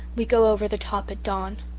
we go over the top at dawn.